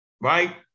right